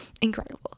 incredible